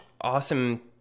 awesome